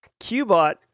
Qbot